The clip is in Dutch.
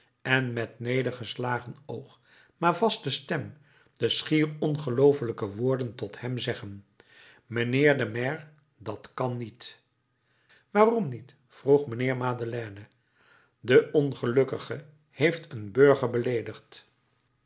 en met nedergeslagen oog maar vaste stem de schier ongeloofelijke woorden tot hem zeggen mijnheer de maire dat kan niet waarom niet vroeg mijnheer madeleine de ongelukkige heeft een burger beleedigd